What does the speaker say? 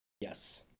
Yes